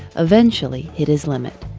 eventually hit his limit.